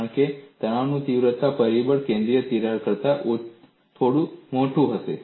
કારણ કે તણાવની તીવ્રતાનું પરિબળ કેન્દ્રીય તિરાડ કરતાં થોડું મોટું હશે